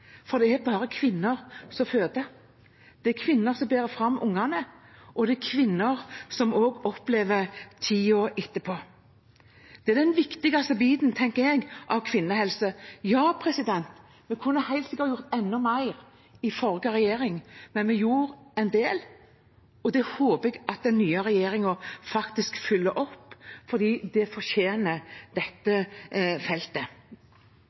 for det er bare kvinner som føder. Det er kvinner som bærer fram ungene, og det er også kvinner som opplever tiden etterpå. Det er den viktigste biten, tenker jeg, av kvinnehelse. Ja, vi kunne helt sikkert ha gjort enda mer i forrige regjering, men vi gjorde en del, og det håper jeg at den nye regjeringen faktisk følger opp, for det fortjener dette feltet.